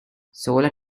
solar